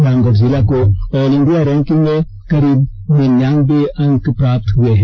रामगढ़ जिला को all India ranking में करीब निन्यानवे अंक प्राप्त हुए है